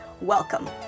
Welcome